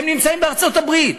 הם נמצאים בארצות-הברית,